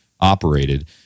operated